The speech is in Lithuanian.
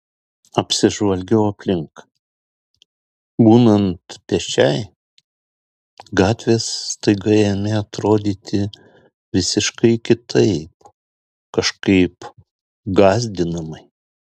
apsižvalgiau aplink būnant pėsčiai gatvės staiga ėmė atrodyti visiškai kitaip kažkaip gąsdinamai